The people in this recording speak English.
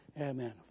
Amen